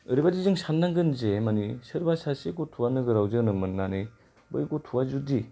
ओरैबादि जों साननांगोन जे मानि सोरबा सासे गथ'आ नोगोराव जोनोम मोननानै बै गथ'आ जुदि